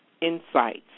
Insights